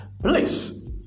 Please